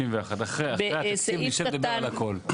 61. אחרי התקציב נשב ונדבר על הכל.